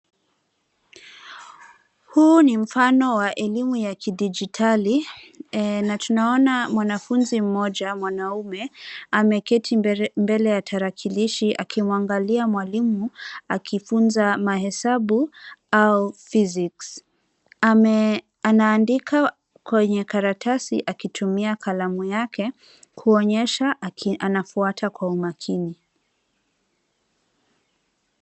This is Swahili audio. Huu ni mfano wa elimu ya kidijitali, na tunaona mwanafunzi mmoja mwanamume ameketi mbele ya tarakilishi akimwangalia mwalimu akifunza mahesabu au physics . Anaandika kwenye karatasi akitumia kalamu yake, kuonyesha anafuata kwa makini.